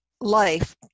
life